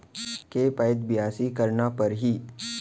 के पइत बियासी करना परहि?